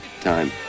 time